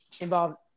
involves